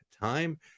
time